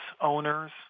owners